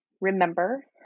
remember